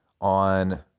on